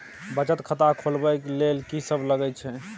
बचत खाता खोलवैबे ले ल की सब लगे छै?